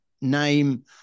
name